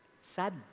sad